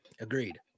Agreed